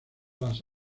las